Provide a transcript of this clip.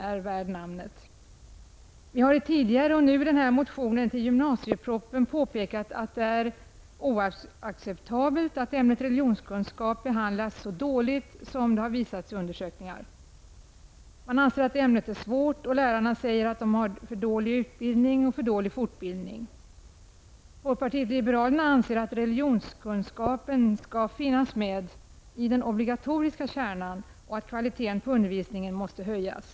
Vi har i tidigare motioner och nu i vår motion till gymnasiepropositionen påpekat att det är oacceptabelt att ämnet religionskunskap behandlas så dåligt som det har visat sig i undersökningar. Ämnet anses svårt och lärarna säger sig ha för dålig utbildning och fortbildning. Folkpartiet liberalerna anser att religionskunskapen skall finnas med i den obligatoriska kärnan och att kvaliteten på undervisningen måste höjas.